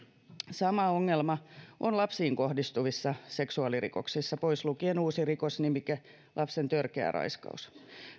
sama ongelma on lapsiin kohdistuvissa seksuaalirikoksissa pois lukien uusi rikosnimike lapsen törkeä raiskaus